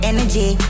Energy